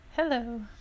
Hello